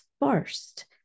first